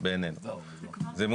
זה מוסדר בעינינו, כן.